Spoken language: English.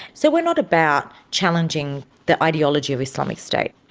so we're not about challenging the ideology of islamic state.